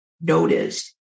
noticed